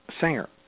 Singer